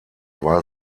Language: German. war